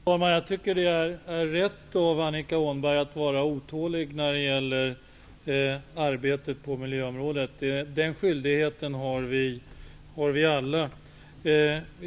Fru talman! Jag tycker att det är rätt av Annika Åhnberg att vara otålig när det gäller arbetet på miljöområdet. Den skyldigheten har vi alla.